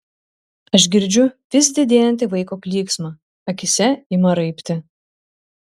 aš girdžiu vis didėjantį vaiko klyksmą akyse ima raibti